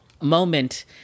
moment